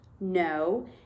no